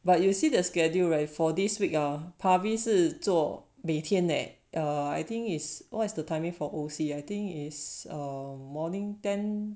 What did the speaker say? but you will see their schedule right for this week ah pabi 是做每天 leh err I think is what's the timing for O_C I think is morning ten